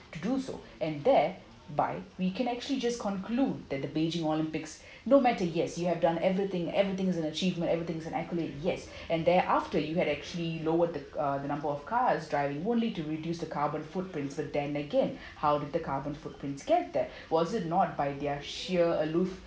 to do so and there by we can actually just conclude that the beijing olympics no matter yes you have done everything everything's an achievement everything's an accolade yes and there after you had actually lower the uh number of cars driving won't lead to reduce the carbon footprints but then again how did the carbon footprints get there was it not by their sheer aloof